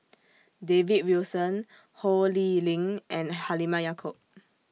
David Wilson Ho Lee Ling and Halimah Yacob